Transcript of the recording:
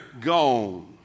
gone